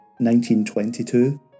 1922